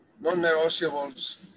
non-negotiables